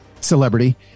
celebrity